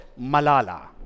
Malala